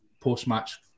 post-match